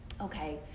Okay